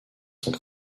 sont